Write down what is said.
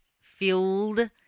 filled